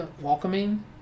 welcoming